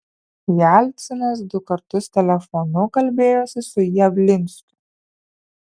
jelcinas du kartus telefonu kalbėjosi su javlinskiu